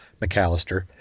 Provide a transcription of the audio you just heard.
McAllister